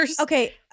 Okay